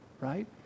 right